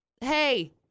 hey